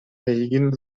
эйигин